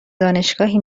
دانشگاهی